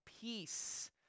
peace